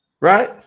right